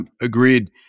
agreed